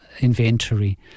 Inventory